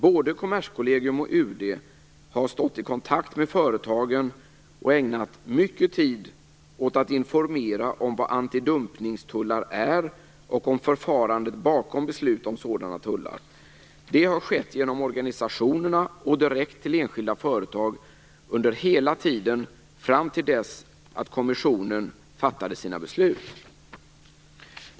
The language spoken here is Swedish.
Både Kommerskollegium och UD har stått i kontakt med företagen och ägnat mycket tid åt att informera om vad antidumpningstullar är och om förfarandet bakom beslut om sådana tullar. Det har skett genom organisationerna och direkt till enskilda företag under hela tiden fram till dess att kommissionen fattade sina beslut.